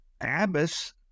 Abbess